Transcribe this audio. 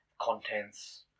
contents